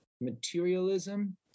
materialism